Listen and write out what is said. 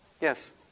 Yes